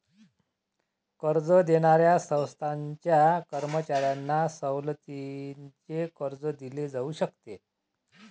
कर्ज देणाऱ्या संस्थांच्या कर्मचाऱ्यांना सवलतीचे कर्ज दिले जाऊ शकते